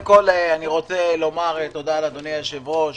קודם כול אני רוצה לומר תודה לאדוני היושב-ראש,